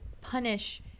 punish